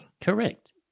Correct